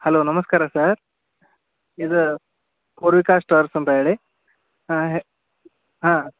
hello ನಮಸ್ಕಾರ sir ಇದು Poorvika stores ಅಂತ ಹೇಳಿ ಹಾಂ ಹೇ ಹಾಂ